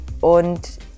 Und